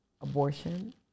abortion